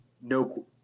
no